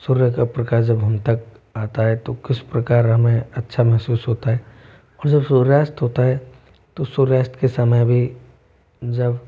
सूर्य का प्रकाश जब हम तक आता है तो किस प्रकार हमें अच्छा महसूस होता है और जब सूर्यास्त होता है तो सूर्यास्त के समय भी जब